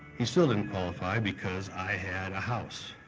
he still didn't qualify because i had a house.